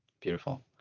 Beautiful